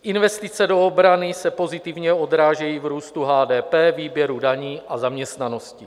Investice do obrany se pozitivně odrážejí v růstu HDP, výběru daní a zaměstnanosti.